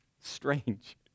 strange